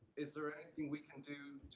is there anything we can do